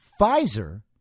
Pfizer